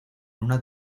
una